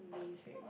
amazing